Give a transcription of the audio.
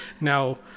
Now